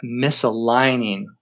misaligning